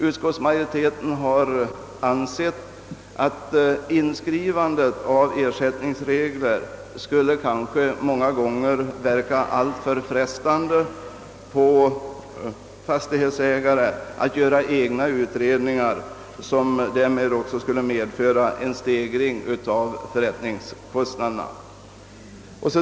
Utskottsmajoriteten har därför ansett att inskrivandet av ersättningsregler många gånger skulle kunna verka frestande på en fastighetsägare att göra egna utredningar och därmed medverka till en stegring av förrättningskostnaderna.